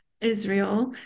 israel